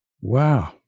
Wow